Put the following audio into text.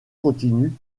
continuent